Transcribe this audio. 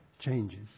changes